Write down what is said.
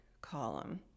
column